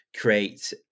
create